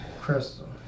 Crystal